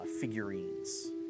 figurines